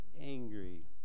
angry